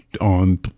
on